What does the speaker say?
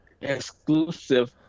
exclusive